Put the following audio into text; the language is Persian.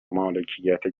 مالکیت